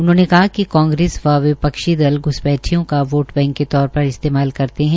उन्होंने कहा कि कांग्रेस व विपक्षी दल घ्सपैठियों का वोट बैंक के तौर पर इस्तेमाल करते हैं